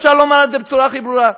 אפשר לומר את זה בצורה הכי ברורה,